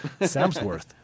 Samsworth